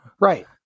Right